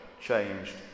changed